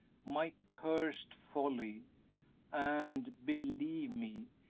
my cursed folly and, believe me,